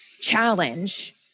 challenge